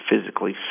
physically